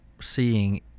seeing